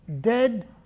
dead